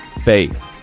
Faith